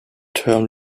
term